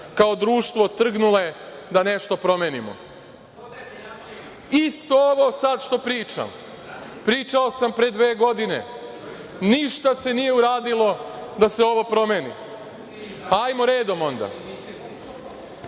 kao društvo trgnule da nešto promenimo. Isto ovo sad što pričam, pričao sam pre dve godine, ništa se nije uradilo da se ovo promeni. Hajmo, redom onda.